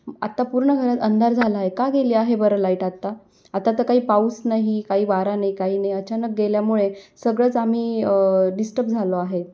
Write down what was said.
आत्ता पूर्ण घरात अंधार झाला आहे का गेली आहे बरं लाईट आत्ता आता तर काही पाऊस नाही काही वारा नाही काही नाही अचानक गेल्यामुळे सगळंच आम्ही डिस्टब झालो आहे